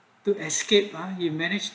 the escape ah you manage